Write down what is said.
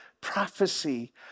prophecy